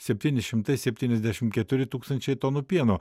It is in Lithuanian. septyni šimtai septyniasdešim keturi tūkstančiai tonų pieno